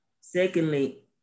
Secondly